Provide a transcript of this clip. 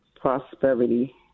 prosperity